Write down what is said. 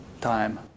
time